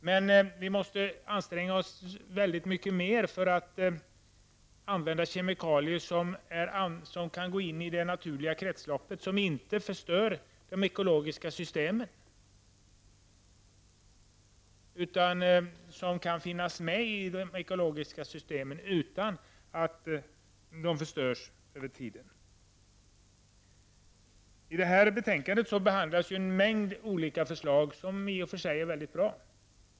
Men vi måste anstränga oss väldigt mycket mer för att använda kemikalier som kan gå in i det naturliga kretsloppet och som inte förstör de ekologiska systemen utan som kan finnas med i de ekologiska systemen utan att de förstörs över tiden. I det här betänkandet behandlas en mängd olika förslag som i och för sig är mycket bra.